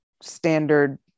standard